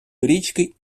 річки